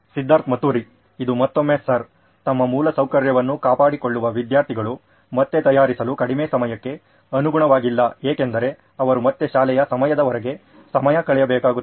ಸಿದ್ಧಾರ್ಥ್ ಮತುರಿ ಇದು ಮತ್ತೊಮ್ಮೆ ಸರ್ ತಮ್ಮ ಮೂಲಸೌಕರ್ಯವನ್ನು ಕಾಪಾಡಿಕೊಳ್ಳುವ ವಿದ್ಯಾರ್ಥಿಗಳು ಮತ್ತೆ ತಯಾರಿಸಲು ಕಡಿಮೆ ಸಮಯಕ್ಕೆ ಅನುಗುಣವಾಗಿಲ್ಲ ಏಕೆಂದರೆ ಅವರು ಮತ್ತೆ ಶಾಲೆಯ ಸಮಯದ ಹೊರಗೆ ಸಮಯ ಕಳೆಯಬೇಕಾಗುತ್ತದೆ